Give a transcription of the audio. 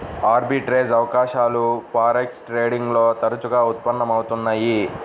arbitrage అవకాశాలు forex trading లో తరచుగా ఉత్పన్నం అవుతున్నయ్యి